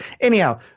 anyhow